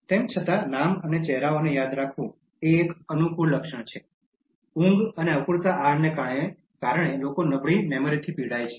તેમ છતાં નામ અને ચહેરાઓને યાદ રાખવું એ એક અનુકૂળ લક્ષણ છે ઊંઘ અને અપૂરતા આહારને કારણે લોકો નબળી મેમરીથી પીડાય છે